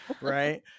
right